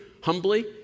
humbly